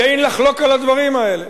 שאין לחלוק על הדברים האלה.